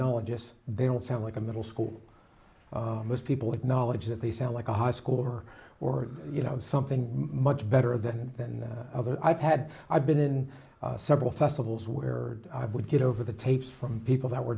of they don't sound like a middle school most people acknowledge that they sound like a high schooler or you know something much better than than the other i've had i've been in several festivals where i would get over the tapes from people that were